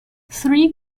three